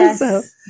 Yes